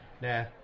Nah